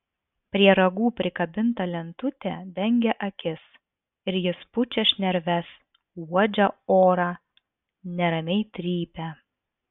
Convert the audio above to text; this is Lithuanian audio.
prie ragų prikabinta lentutė dengia akis ir jis pučia šnerves uodžia orą neramiai trypia